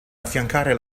affiancare